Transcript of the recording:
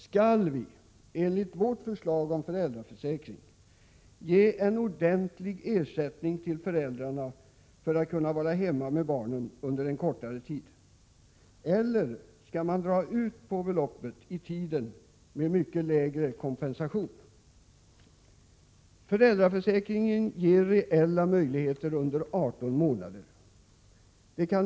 Skall föräldrarna, enligt vårt förslag om föräldraförsäkring, få en ordentlig ersättning för att kunna vara hemma med barnen under en kortare tid, eller skall beloppet betalas ut under längre tid med mycket lägre kompensation? Föräldraförsäkringen ger reella möjligheter under 18 månader.